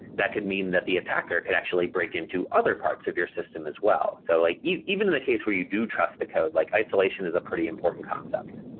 that could mean that the attacker could actually break into other parts of your system as well. so like even in the case where you do trust the code, like isolation is a pretty important concept.